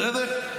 בסדר?